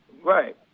Right